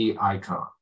icon